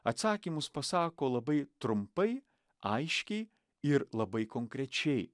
atsakymus pasako labai trumpai aiškiai ir labai konkrečiai